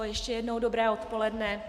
Ještě jednou dobré odpoledne.